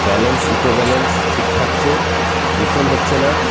balance eco balance ঠিক থাকছে দূষণ হচ্ছে না